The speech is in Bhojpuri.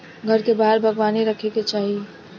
घर के बाहर बागवानी रखे के चाही